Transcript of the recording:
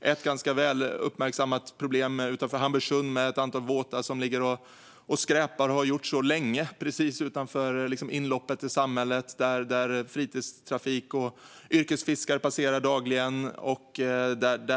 ett ganska uppmärksammat problem utanför Hamburgsund. Det är ett antal båtar som ligger och skräpar och som har gjort det länge. De ligger precis utanför inloppet till samhället, där fritidstrafik och yrkesfiskare dagligen passerar.